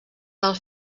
del